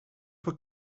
for